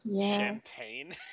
champagne